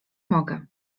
mogę